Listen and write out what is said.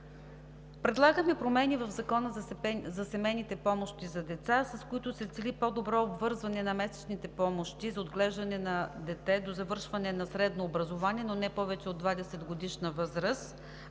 Предлагат се промени в Закона за семейните помощи за деца, с които се цели по-добро обвързване на месечните помощи за отглеждане на дете до завършване на средно образование, но не повече от 20-годишна възраст,